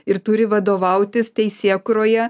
ir turi vadovautis teisėkūroje